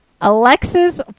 Alexis